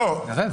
רבע.